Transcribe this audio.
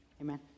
Amen